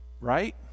right